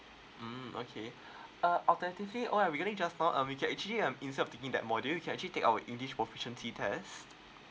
mm okay uh alternatively oh ya regarding just now uh we can actually um instead of taking that module you can actually take our english proficiency test